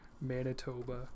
manitoba